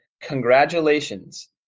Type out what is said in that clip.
congratulations